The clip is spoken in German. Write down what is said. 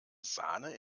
sahne